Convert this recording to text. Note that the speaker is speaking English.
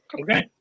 Okay